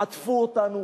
עטפו אותנו,